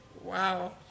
Wow